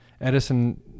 Edison